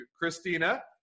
Christina